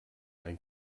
ein